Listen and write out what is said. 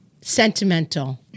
sentimental